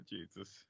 Jesus